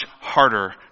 harder